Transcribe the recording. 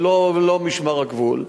ולא משמר הגבול.